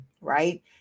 right